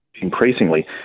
increasingly